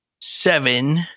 seven